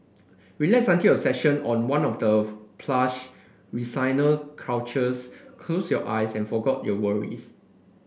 relax until your session on one of the plush recliner couches close your eyes and forgot your worries